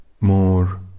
more